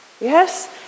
Yes